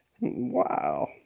Wow